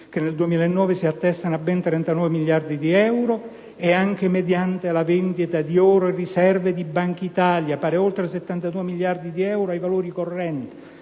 (che nel 2009 si attestano a ben 39 miliardi di euro), mediante la vendita di oro e riserve della Banca d'Italia (pari a oltre 72 miliardi di euro ai valori correnti),